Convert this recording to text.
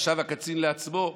חשב הקצין לעצמו,